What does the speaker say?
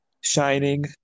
Shining